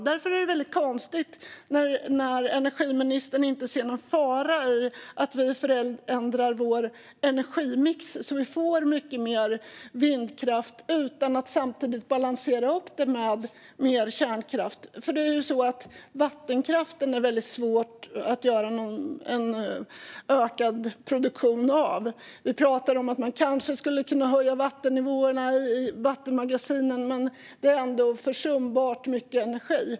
Det är därför väldigt konstigt att energiministern inte ser någon fara i att vi förändrar vår energimix så att vi får mycket mer vindkraft utan att vi samtidigt balanserar upp det hela med mer kärnkraft. Det är svårt att öka produktionen av vattenkraft. Vi talar om att man kanske skulle kunna höja vattennivåerna i vattenmagasinen, men det är ändå en försumbar mängd energi.